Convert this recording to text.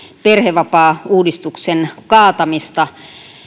perhevapaauudistuksen kaatamista